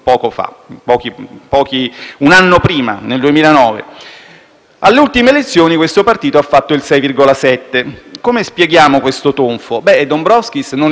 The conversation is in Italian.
alle ultime elezioni questo partito ha ottenuto il 6,7. Come spieghiamo questo tonfo? Non essendo Dombrovskis la Francia, non poteva permettersi di non fare austerità; l'ha fatta